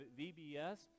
vbs